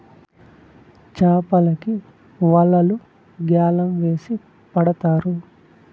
చాపలకి వలలు గ్యాలం వేసి పడతారు